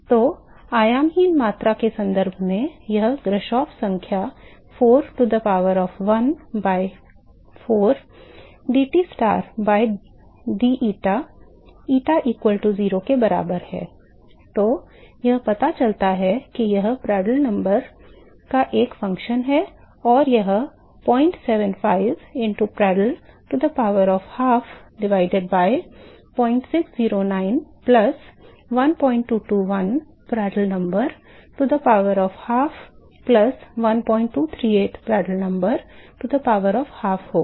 तो आयामहीन मात्रा के संदर्भ में यह ग्राशॉफ संख्या 4 to the power of 1 by 4 dTstar by deta eta equal to 0 के बराबर है और यह पता चलता है कि यह प्रांदल संख्या का एक कार्य है और वह 075 into Prandtl to the power of half divided by 0609 plus 1221 Prandtl number to the power of half plus 1238 Prandtl number to the power of half होगा